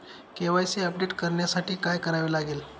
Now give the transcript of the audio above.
KYC update करण्यासाठी काय करावे लागेल?